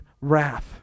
wrath